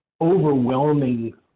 overwhelming